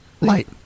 Light